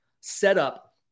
setup